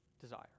desire